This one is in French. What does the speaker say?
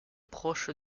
proche